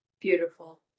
Beautiful